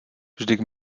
vždyť